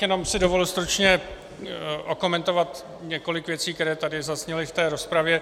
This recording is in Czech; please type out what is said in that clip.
Jenom bych si dovolil stručně okomentovat několik věcí, které zazněly v rozpravě.